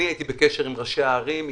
אני הייתי בקשר עם ראשי הערים,